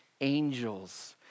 angels